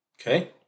Okay